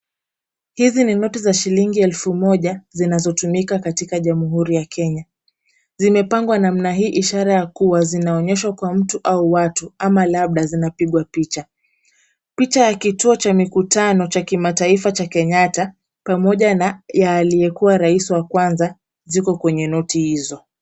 Hizi ni noti za shilingi elfu moja zinazotumika katike Jamhuri ya Kenya. Zimepangwa namna hii ishara ya kuwa zinaonyeshwa kwa mtu au watu ama labda zinapigwa picha. Picha ya kituo cha mikutano cha mataifa cha Kenyatta, pamoja na aliyekuwa rais wa kwanza ziko kwenye noti hizo.